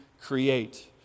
create